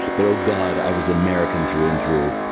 but oh god i was american through and through.